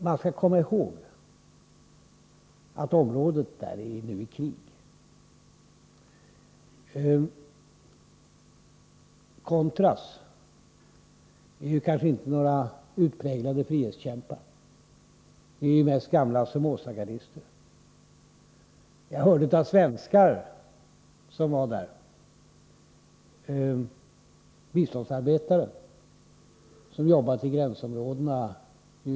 Man skall komma ihåg att detta område nu är i krig. Contras är kanske inte några utpräglade frihetskämpar, utan de är mest gamla Somoza-gardister. Jag hörde av svenska biståndsarbetare som jobbat i dessa gränsområden olika berättelser.